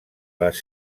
les